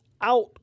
out